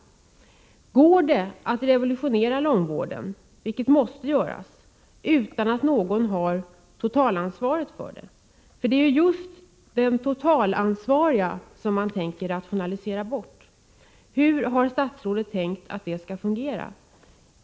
Går det att revolutionera långvården, vilket måste göras, utan att någon tar totalansvaret för det? Det är ju just den totalansvariga som man tänker rationalisera bort. Hur har statsrådet tänkt att det skall fungera?